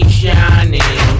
shining